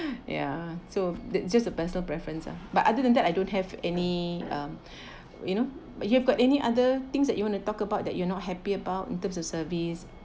ya so that's just a personal preference lah but other than that I don't have any um you know you've got any other things that you want to talk about that you're not happy about in terms of service